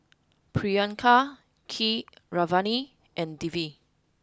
Priyanka Keeravani and Dilip